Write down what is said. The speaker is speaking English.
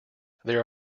there